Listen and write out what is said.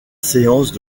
séance